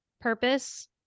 purpose